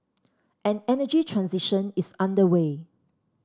an energy transition is underway